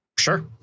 Sure